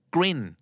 Grin